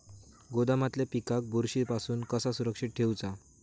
गोदामातल्या पिकाक बुरशी पासून कसा सुरक्षित ठेऊचा?